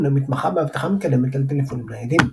המתמחה באבטחה מתקדמת על טלפונים ניידים.